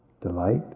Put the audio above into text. Delight